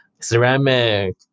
Ceramic